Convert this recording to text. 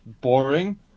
boring